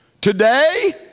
today